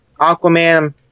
Aquaman